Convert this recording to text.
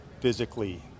physically